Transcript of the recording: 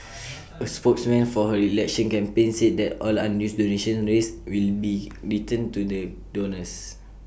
A spokesman for her election campaign said that all unused donations raised will be returned to the donors